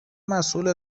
مسئول